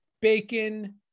bacon